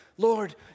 Lord